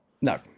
No